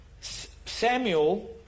Samuel